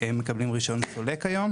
והם מקבלים רישיון סולק היום.